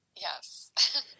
yes